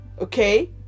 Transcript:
Okay